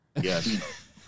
Yes